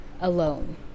alone